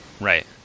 Right